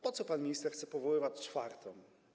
Po co pan minister chce powoływać czwartą?